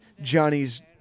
Johnny's